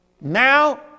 Now